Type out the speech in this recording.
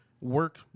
work